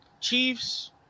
Chiefs